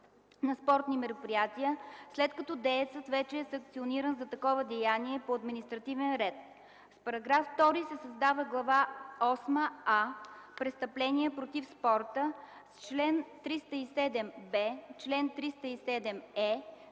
на спортни мероприятия, след като деецът вече е санкциониран за такова деяние по административен ред. С § 2 се създава Глава осма „а” „Престъпления против спорта” с членове 307б – чл. 307е,